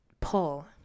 pull